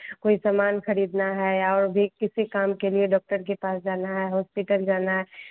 कोई सामान खरीदना है और भी किसी काम के लिए डॉक्टर के पास जाना है हॉस्पिटल जाना है